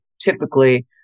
typically